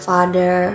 Father